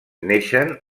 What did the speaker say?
neixen